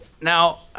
Now